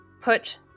put